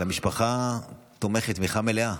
והמשפחה תומכת תמיכה מלאה,